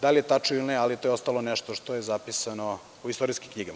Da li je tačno ili ne, ali to je ostalo nešto što je zapisano u istorijskim knjigama.